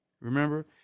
remember